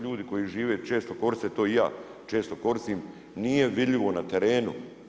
Ljudi koji žive često koriste, to i ja često koristim, nije vidljivo na terenu.